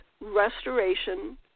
restoration